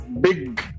big